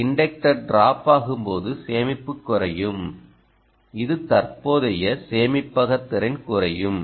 இந்த இன்டக்டர் டிராப்பாகும்போது சேமிப்பு குறையும் இது தற்போதைய சேமிப்பக திறன் குறையும்